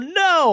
no